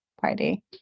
party